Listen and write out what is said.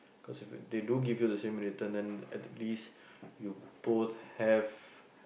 cause if you they do give you the same return then at least you both have